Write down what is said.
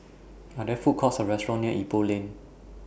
Are There Food Courts Or restaurants near Ipoh Lane